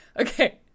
okay